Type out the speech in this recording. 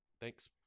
Thanks